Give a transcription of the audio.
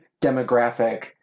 demographic